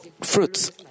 fruits